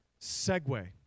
segue